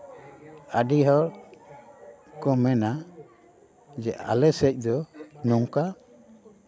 ᱟᱹᱰᱤ ᱦᱚᱲ ᱠᱚ ᱢᱮᱱᱟ ᱡᱮ ᱟᱞᱮ ᱥᱮᱫ ᱫᱚ ᱱᱚᱝᱠᱟ